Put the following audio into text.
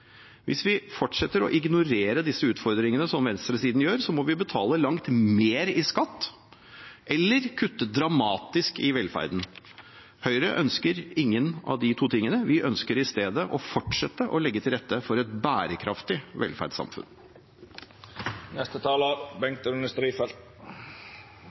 Hvis vi fortsetter å ignorere disse utfordringene, slik venstresiden gjør, må vi betale langt mer i skatt eller kutte dramatisk i velferden. Høyre ønsker ingen av de to tingene. Vi ønsker i stedet å fortsette å legge til rette for et bærekraftig velferdssamfunn.